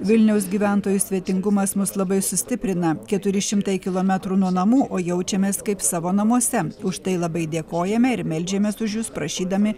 vilniaus gyventojų svetingumas mus labai sustiprina keturi šimtai kilometrų nuo namų o jaučiamės kaip savo namuose už tai labai dėkojame ir meldžiamės už jus prašydami